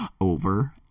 over